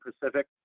Pacific